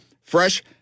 fresh